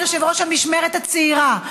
יושב-ראש המשמרת הצעירה,